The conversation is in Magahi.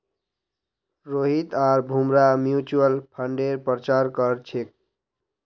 रोहित आर भूमरा म्यूच्यूअल फंडेर प्रचार कर छेक